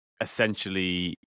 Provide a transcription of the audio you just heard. essentially